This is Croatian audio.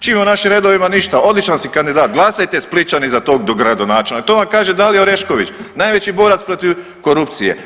Čim je u našim redovima ništa, odličan si kandidat, glasajte Splićani za tog dogradonačelnika, to vam kaže Dalija Orešković, najveći borac protiv korupcije.